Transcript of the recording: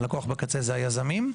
שהם היזמים,